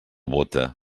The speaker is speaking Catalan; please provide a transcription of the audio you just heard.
bóta